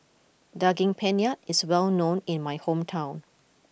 Daging Penyet is well known in my hometown